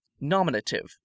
Nominative